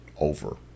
Over